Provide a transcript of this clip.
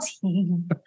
team